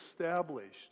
established